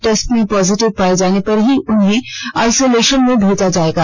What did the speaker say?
test में positive पाये जाने पर ही उन्हें आइसोलेशन मे भेजा जाएगा